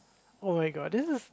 oh-my-god this is